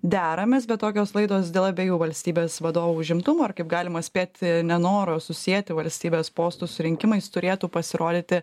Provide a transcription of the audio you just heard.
deramės bet tokios laidos dėl abiejų valstybės vadovų užimtumo ir kaip galima spėti nenoro susieti valstybės postų su rinkimais turėtų pasirodyti